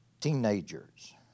teenagers